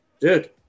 Dude